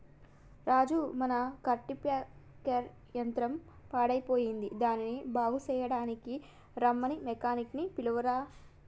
రాజు మన కల్టిప్యాకెర్ యంత్రం పాడయ్యిపోయింది దానిని బాగు సెయ్యడానికీ రమ్మని మెకానిక్ నీ పిలువురా